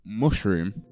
Mushroom